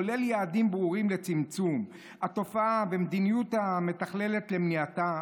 כולל יעדים ברורים לצמצום התופעה ומדיניות מתכללת למניעתה",